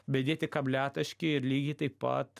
bet dėti kabliataškį ir lygiai taip pat